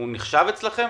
נחשב אצלכם?